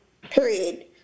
period